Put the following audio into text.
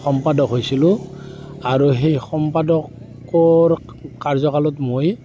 সম্পাদক হৈছিলোঁ আৰু সেই সম্পাদকৰ কাৰ্যকালত মই